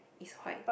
is white